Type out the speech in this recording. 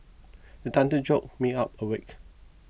the thunder jolt me of awake